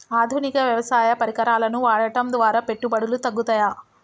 ఆధునిక వ్యవసాయ పరికరాలను వాడటం ద్వారా పెట్టుబడులు తగ్గుతయ?